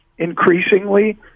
increasingly